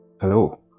Hello